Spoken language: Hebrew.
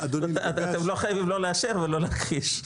אתם לא חייבים לא לאשר ולא להכחיש.